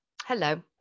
Hello